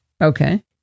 Okay